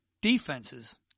defenses